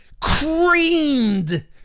creamed